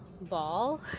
ball